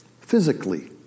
Physically